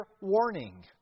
warning